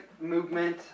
movement